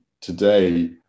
Today